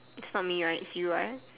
it's not me right it's you ah